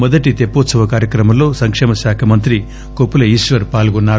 మొదటి తెప్పోత్సవ కార్యక్రమంలో సంక్షమశఖ మంత్రి కొప్పుల ఈశ్వర్ పాల్గొన్నారు